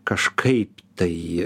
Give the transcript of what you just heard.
kažkaip tai